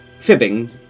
fibbing